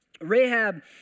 Rahab